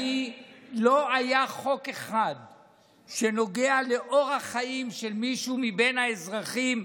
לא היה חוק אחד שנוגע לאורח חיים של מישהו מבין האזרחים,